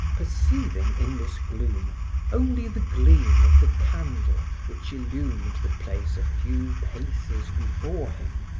perceiving in this gloom only the gleam of the candle which illumed the place a few paces before him.